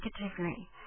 negatively